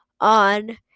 on